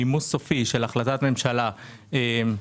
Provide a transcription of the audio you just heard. יש פה מימוש סופי של החלטת ממשלה 2379,